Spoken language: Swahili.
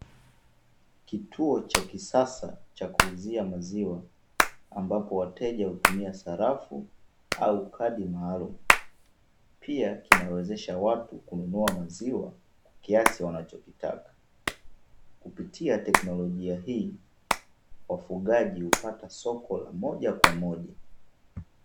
Kituo cha kisasa cha kuuzia maziwa ambapo wateja hutumia sarafu, au kadi maalumu, pia kinawezesha watu kununua maziwa kiasi wanachokitaka. Kupitia tekinolojia hii, wafugaji hupata soko la moja kwa moja.